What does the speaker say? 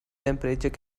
temperature